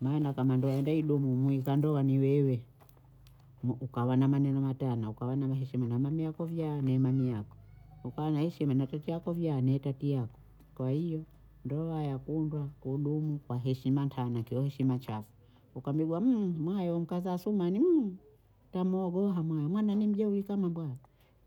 maana kama ndoa enda idumu mwika ndoa ni wewe u- ukawa na maneno matana, ukawa na heshima na mami yako vyaa ne imani yako, ukawa na heshima nekekiako vyaa. ne tati yako, kwa hiyo ndoa yakundwa kudumu kwa heshima ntana nkio heshima chafu ukamwigwa mayo nkaza athumani tamuogolwa hamweya mwana nimjawi sana mbwayi